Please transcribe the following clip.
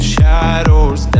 Shadows